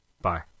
bye